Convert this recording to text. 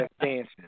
dancing